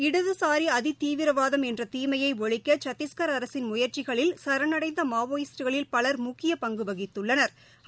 இடதுசாரி அதி தீவிரவாதம் என்ற தீமையை ஒழிக்க கத்திஷ்கா் அரசின் முயற்சிகளில் சரணடைந்த மாவோயிஸ்டுகளில் பலர் முக்கிய பங்கு வகித்துள்ளனா்